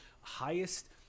highest